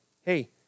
hey